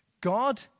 God